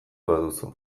baduzu